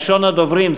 ראשון הדוברים,